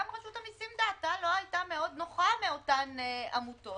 גם רשות המיסים דעתה לא היתה מאוד נוחה מאותן עמותות,